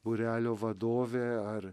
būrelio vadovė ar